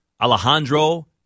Alejandro